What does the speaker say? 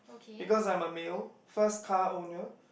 because I am a male first car owner